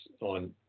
on